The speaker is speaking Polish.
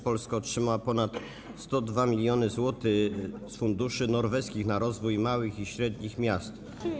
Polska otrzymała ponad 102 mln zł z funduszy norweskich na rozwój małych i średnich miast.